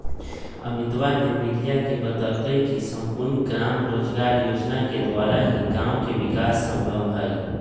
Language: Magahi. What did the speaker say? अमितवा ने मीडिया के बतल कई की सम्पूर्ण ग्राम रोजगार योजना के द्वारा ही गाँव के विकास संभव हई